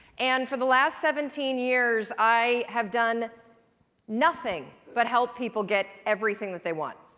and for the last seventeen years, i have done nothing but help people get everything that they want.